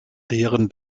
deren